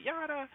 yada